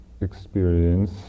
experience